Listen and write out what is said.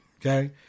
Okay